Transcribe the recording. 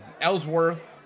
Ellsworth